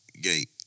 gate